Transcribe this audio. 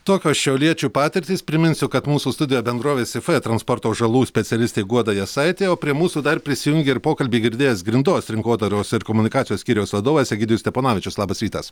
tokios šiauliečių patirtys priminsiu kad mūsų studijoje bendrovės if transporto žalų specialistė guoda jasaitė o prie mūsų dar prisijungė ir pokalbį girdėjęs grindos rinkodaros ir komunikacijos skyriaus vadovas egidijus steponavičius labas rytas